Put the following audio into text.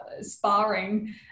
sparring